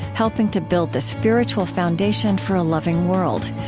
helping to build the spiritual foundation for a loving world.